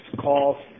calls